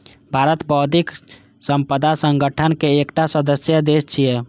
भारत बौद्धिक संपदा संगठन के एकटा सदस्य देश छियै